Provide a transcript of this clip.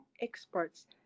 experts